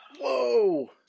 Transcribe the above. Whoa